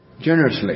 generously